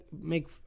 make